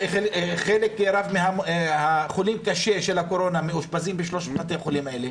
חלק מהחולים קשה של הקורונה מאושפזים בשלושת בתי-החולים האלה.